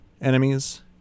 enemies